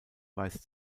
weist